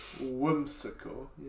Whimsical